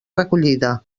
recollida